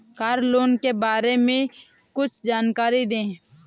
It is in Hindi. कार लोन के बारे में कुछ जानकारी दें?